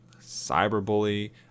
Cyberbully